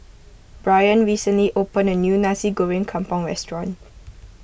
Bryan recently opened a new Nasi Goreng Kampung restaurant